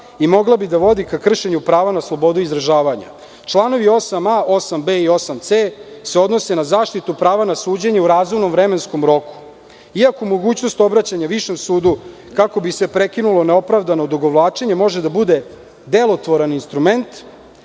i mogla bi da vodi ka kršenju prava na slobodu izražavanja. Članovi 8a,b,c se odnose na zaštitu prava na suđenje u razumnom vremenskom roku, iako mogućnost obraćanja višem sudu kako bi se prekinulo neopravdano odugovlačenje može da bude delotvoran instrument